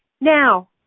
Now